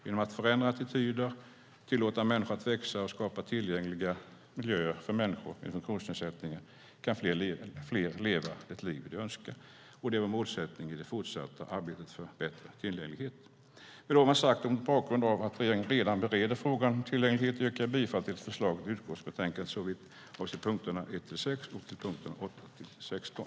Genom att förändra attityder, tillåta människor att växa och skapa tillgängliga miljöer för människor med funktionsnedsättningar kan fler leva det liv de önskar. Det är vårt mål i det fortsatta arbetet för bättre tillgänglighet. Mot bakgrund av att regeringen redan bereder frågan om tillgänglighet yrkar jag bifall till förslaget i utskottsbetänkandet såvitt avser punkterna 1-6 och 8-16.